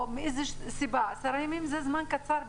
זה זמן קצר מאוד,